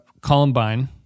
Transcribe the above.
Columbine